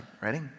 Ready